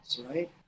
right